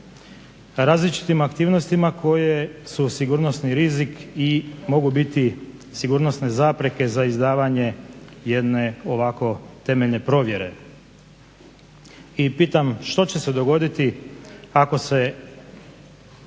Različitim aktivnostima koje su sigurnosni rizik i mogu biti sigurnosne zapreke za izdavanje jedne ovako temeljne provjere. I pitam što će se dogoditi ako se